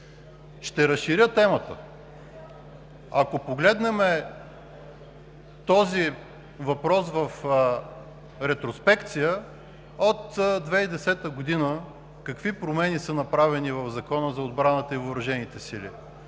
Ще разширя темата. Ако погледнем този въпрос в ретроспекция, какви промени са направени в Закона за отбраната и въоръжените сили